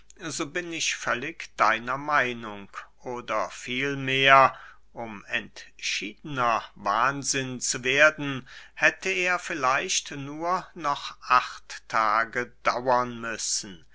so bin ich völlig deiner meinung oder vielmehr um entschiedener wahnsinn zu werden hätte er vielleicht nur noch acht tage dauern müssen